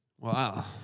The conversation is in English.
Wow